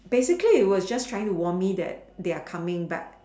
basically it was just trying to warn me that they are coming but